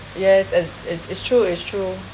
yes it is is true is true